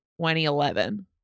2011